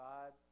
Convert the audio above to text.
God